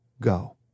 go